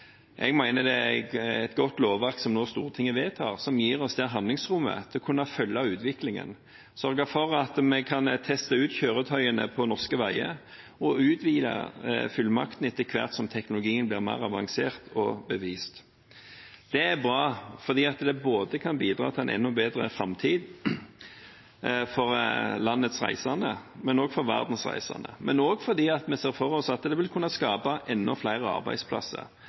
Jeg mener det er et godt lovverk som Stortinget nå vedtar. Det gir oss handlingsrom til å kunne følge utviklingen og sørger for at vi kan teste ut kjøretøyene på norske veier og utvide fullmakten etter hvert som teknologien blir mer avansert og bevist. Det er bra, både fordi det kan bidra til en enda bedre framtid for landets reisende og verdens reisende, og fordi vi ser for oss at det vil kunne skape enda flere arbeidsplasser